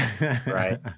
right